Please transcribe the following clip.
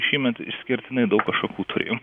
šiemet išskirtinai daug ašakų turėjau